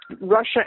Russia